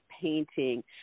painting